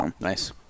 Nice